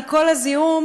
כי כל הזיהום,